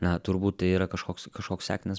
na turbūt tai yra kažkoks kažkoks sektinas